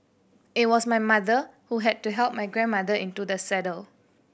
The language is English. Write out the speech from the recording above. it was my mother who had to help my grandmother into the saddle